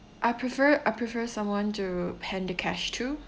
I prefer I prefer someone to hand the cash to